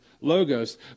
logos